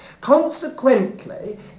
Consequently